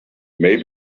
maybe